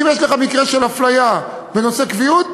אם יש לך מקרה של אפליה בנושא קביעות,